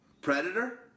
Predator